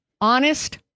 honest